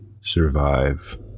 survive